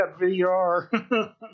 VR